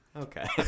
Okay